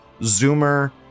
Zoomer